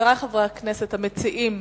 חברי חברי הכנסת המציעים,